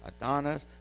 Adonis